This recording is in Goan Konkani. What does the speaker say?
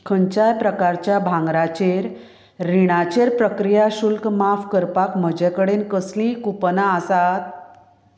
खंयच्याय प्रकारच्या भांगराचेर रिणाचेर प्रक्रिया शुल्क माफ करपाक म्हजे कडेन कसलींय कूपना आसात